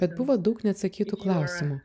bet buvo daug neatsakytų klausimų